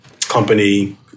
company